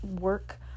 work